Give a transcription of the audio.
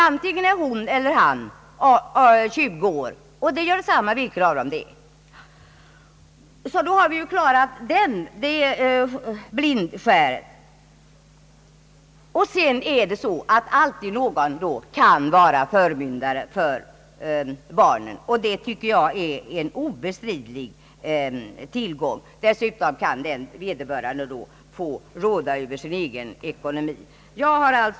Antingen han eller hon skall vara 20 år, och det gör detsamma vilken av dem det är. Därmed har vi klarat det blindskäret. Vidare kan alltid någon av föräldrarna vara förmyndare för barnen, och det tycker jag är en obestridlig tillgång. Dessutom kan vederbörande då få råda över sin egen ekonomi. Herr talman!